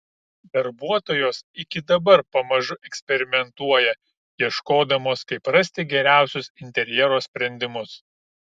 darbuotojos iki dabar pamažu eksperimentuoja ieškodamos kaip rasti geriausius interjero sprendimus